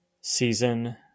season